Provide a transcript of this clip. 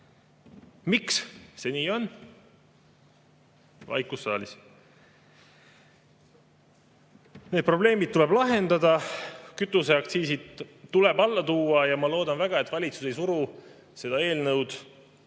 Miks see nii on? Vaikus saalis. Need probleemid tuleb lahendada, kütuseaktsiisid tuleb alla tuua. Ma loodan väga, et valitsus ei suru seda eelnõu